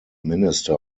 minister